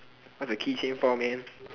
where's the keychain from man